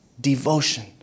Devotion